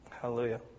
Hallelujah